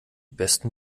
besten